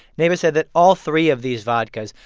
neva said that all three of these vodkas,